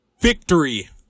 Victory